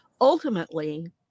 Ultimately